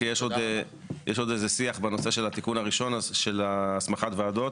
כי יש עוד שיח בנושא של התיקון הראשון של הסמכת הוועדות,